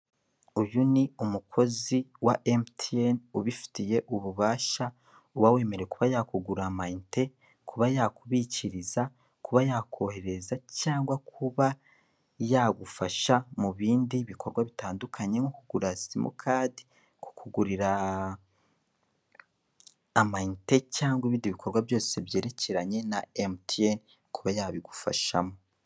Uyu ni umukozi wa emutiyene ubifitiye ububasha, uba wemerewe kuba yakugurira amayinite, kuba yakubikiriza, kuba yakoherereza cyangwa kuba yagufasha mu bindi bikorwa bitandukanye nko kugurira simukadi kukugurira amayinite cyangwa ibindi bikorwa byose byerekeranye na emutiyeni kuba yabigufashamo.